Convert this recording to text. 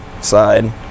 side